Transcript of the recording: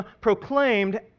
proclaimed